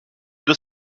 doit